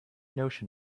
notion